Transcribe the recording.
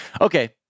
okay